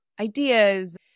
ideas